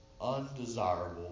undesirable